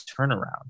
turnaround